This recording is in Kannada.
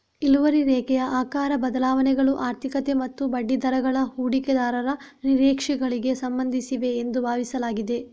ಇಳುವರಿ ರೇಖೆಯ ಆಕಾರ ಬದಲಾವಣೆಗಳು ಆರ್ಥಿಕತೆ ಮತ್ತು ಬಡ್ಡಿದರಗಳ ಹೂಡಿಕೆದಾರರ ನಿರೀಕ್ಷೆಗಳಿಗೆ ಸಂಬಂಧಿಸಿವೆ ಎಂದು ಭಾವಿಸಲಾಗಿದೆ